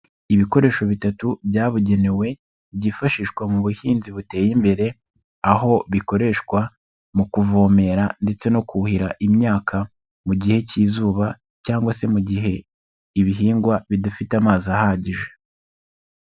Ibikoresho bitatu byabugenewe byifashishwa mu buhinzi buteye imbere, aho bikoreshwa mu kuvomera ndetse no kuhira imyaka, mu gihe k'izuba, cyangwa se mu gihe ibihingwa bidafite amazi ahagije.